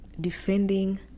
defending